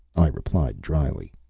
i replied dryly.